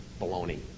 baloney